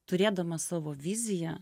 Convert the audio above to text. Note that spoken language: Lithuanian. turėdama savo viziją